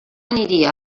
aniria